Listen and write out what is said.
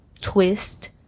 twist